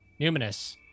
Numinous